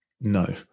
No